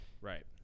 Right